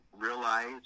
realize